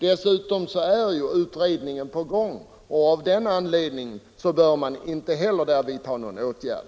Dessutom är ju utredningen i gång, och av den anledningen behöver man inte heller nu vidta någon åtgärd.